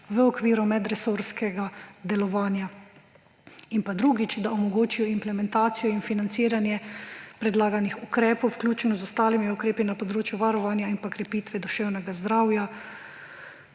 v okviru medresorskega delovanja. In drugič, da omogočijo implementacijo in financiranje predlaganih ukrepov, vključno z ostalimi ukrepi na področju varovanja in krepitve duševnega zdravja